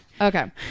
Okay